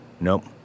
Nope